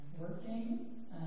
working